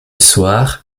soir